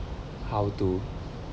how to